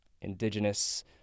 indigenous